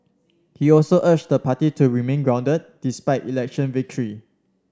he also urged the party to remain grounded despite election victory